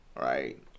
right